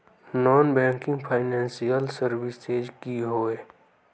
Non banking financial services की होय?